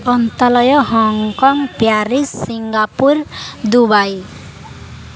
Hong Kong Paris Singapore Dubai